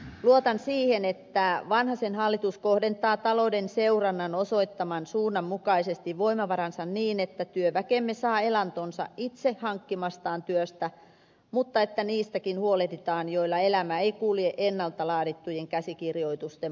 luotan siihen että vanhasen hallitus kohdentaa talouden seurannan osoittaman suunnan mukaisesti voimavaransa niin että työväkemme saa elantonsa itse hankkimastaan työstä mutta että niistäkin huolehditaan joilla elämä ei kulje ennalta laadittujen käsikirjoitusten mukaan